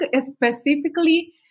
specifically